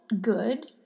good